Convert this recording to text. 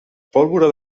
pólvora